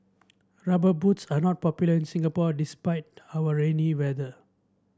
rubber boots are not popular in Singapore despite our rainy weather